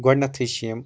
گۄڈنیٚتٕھے چھِ یِم